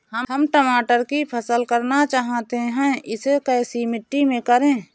हम टमाटर की फसल करना चाहते हैं इसे कैसी मिट्टी में करें?